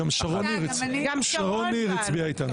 גם שרון ניר הצביעה איתנו.